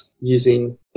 using